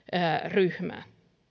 ryhmään